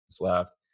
left